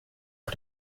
auf